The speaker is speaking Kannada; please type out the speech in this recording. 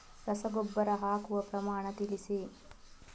ರಸಗೊಬ್ಬರ ಹಾಕುವ ಪ್ರಮಾಣ ತಿಳಿಸಿ